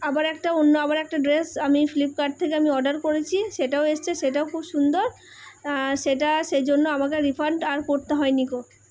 আবার একটা অন্য আবার একটা ড্রেস আমি ফ্লিপকার্ট থেকে আমি অর্ডার করেছি সেটাও এসছে সেটাও খুব সুন্দর সেটা সেজন্য আমাকে রিফান্ড আর করতে হয় নি কো